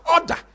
order